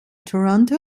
toronto